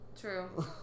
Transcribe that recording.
True